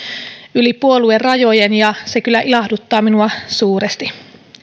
yli puoluerajojen ja se kyllä ilahduttaa minua suuresti